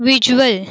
visual